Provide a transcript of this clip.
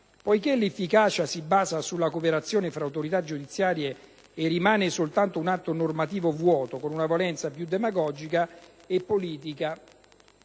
poiché l'efficacia si basa sulla cooperazione fra autorità giudiziarie, e rimane soltanto un atto normativo vuoto con una valenza più demagogica e politica